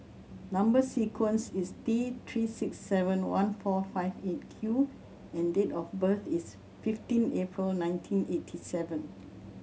number sequence is T Three six seven one four five Eight Q and date of birth is fifteen April nineteen eighty seven